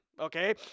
okay